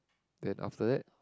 then after that